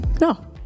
No